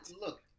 Look